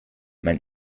mein